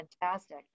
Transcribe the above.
fantastic